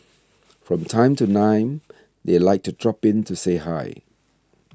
from time to time they like to drop in to say hi